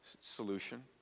solution